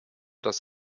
dass